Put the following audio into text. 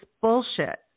bullshit